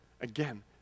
Again